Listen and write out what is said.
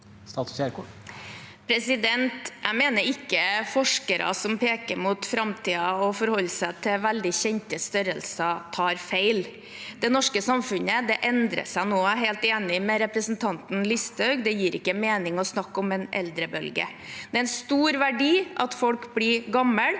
Jeg mener ikke forskere som peker mot framtiden og forholder seg til veldig kjente størrelser, tar feil. Det norske samfunnet endrer seg, og jeg er helt enig med representanten Listhaug i at det ikke gir mening å snakke om en eldrebølge. Det er en stor verdi at folk blir gamle,